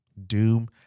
Doom